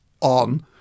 on